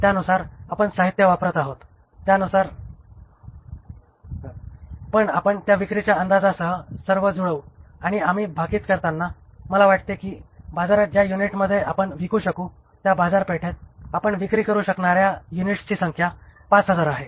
मग आपण त्या विक्रीच्या अंदाजासह सर्व जुळवू आणि आम्ही भाकीत करताना मला वाटते की बाजारात ज्या युनिटमध्ये आपण विकू शकू त्या बाजारपेठेत आपण विक्री करू शकणाऱ्या युनिटची संख्या 5000 आहे